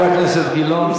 חבר הכנסת גילאון.